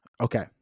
Okay